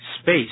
space